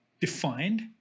defined